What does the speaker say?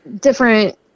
different